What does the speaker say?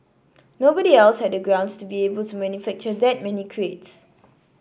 nobody else had the grounds to be able to manufacture that many crates